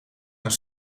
een